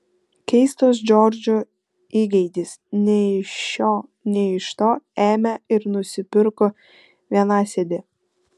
keistas džordžo įgeidis nei iš šio nei iš to ėmė ir nusipirko vienasėdį